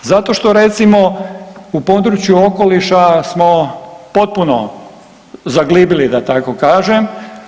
Zato što recimo u području okoliša smo potpuno zaglibili da tako kažem.